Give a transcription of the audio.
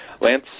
Lance